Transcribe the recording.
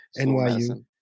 NYU